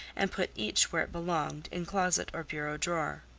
and put each where it belonged in closet or bureau drawer.